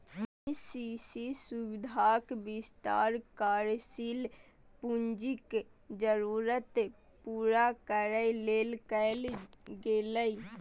KCC सुविधाक विस्तार कार्यशील पूंजीक जरूरत पूरा करै लेल कैल गेलै